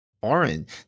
Orange